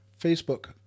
Facebook